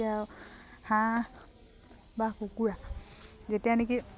এতিয়া হাঁহ বা কুকুৰা যেতিয়া নেকি